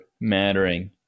mattering